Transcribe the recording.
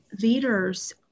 leaders